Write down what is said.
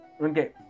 okay